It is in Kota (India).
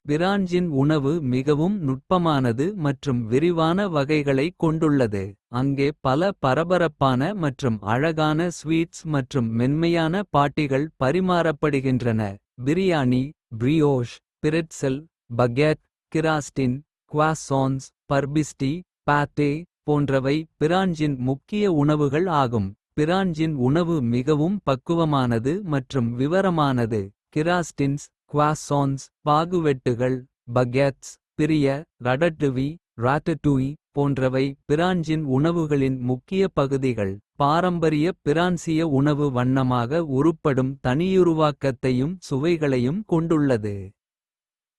பிரான்சின் உணவு மிகவும் நுட்பமானது மற்றும் விரிவான. வகைகளைக் கொண்டுள்ளது அங்கே பல பரபரப்பான. மற்றும் அழகான ஸ்வீட்ஸ் மற்றும் மென்மையான. பாட்டிகள் பரிமாறப்படுகின்றன பிரியாணி. பிரெட்செல் கிராஸ்டின் பர்பிஸ்டி போன்றவை. பிரான்சின் முக்கிய உணவுகள். ஆகும்.பிரான்சின் உணவு மிகவும் பக்குவமானது மற்றும். விவரமானது கிராஸ்டின்ஸ். பாகுவெட்டுகள் பிரிய ரடட்டுவீ. போன்றவை பிரான்சின் உணவுகளின். முக்கிய பகுதிகள் பாரம்பரிய பிரான்சிய உணவு. வண்ணமாக உருப்படும் தனியுருவாக்கத்தையும். சுவைகளையும் கொண்டுள்ளது.